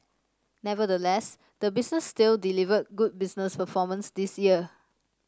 nevertheless the business still delivered good business performance this year